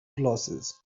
glasses